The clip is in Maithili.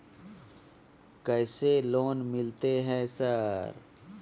कैसे लोन मिलते है सर?